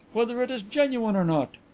whether it is genuine or not.